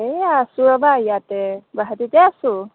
এই আছোঁ ৰ'বা ইয়াতে গুৱাহাটীতে আছোঁ